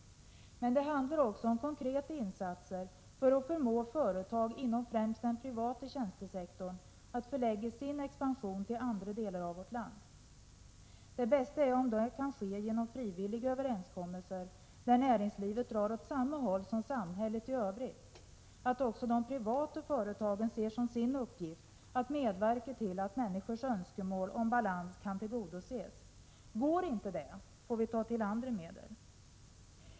Men det handlar också om konkreta insatser för att förmå företag inom främst den privata tjänstesektorn att förlägga sin expansion till andra delar av vårt land. Det bästa är om det kan ske genom frivilliga överenskommelser, där näringslivet drar åt samma håll som samhället i övrigt, att också de privata företagen ser som sin uppgift att medverka till att människornas önskemål om balans kan tillgodoses. Går inte det får vi ta till andra medel.